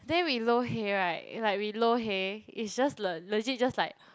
then we lo-hei right like we lo-hei it's just le~ legit just like